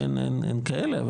אין כאלה.